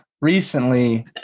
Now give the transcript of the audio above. recently